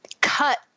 cut